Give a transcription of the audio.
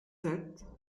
sept